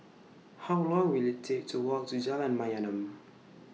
How Long Will IT Take to Walk to Jalan Mayaanam